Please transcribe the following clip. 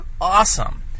Awesome